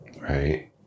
Right